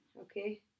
Okay